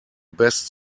best